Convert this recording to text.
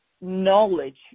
knowledge